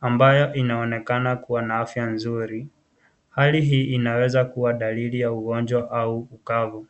Ambayo inaonekana kuwa na afya nzuri. Hali hii inaweza kuwa dalili ya ugonjwa au ukavu.